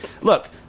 look